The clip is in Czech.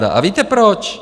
A víte proč?